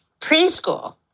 Preschool